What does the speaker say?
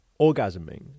orgasming